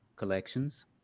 Collections